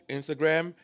Instagram